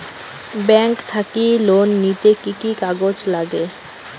Bank থাকি loan নিতে কি কি কাগজ নাগে?